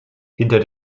hinter